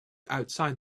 outside